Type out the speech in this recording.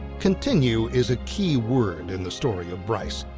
continue is a key word in the story of bryce.